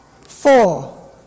four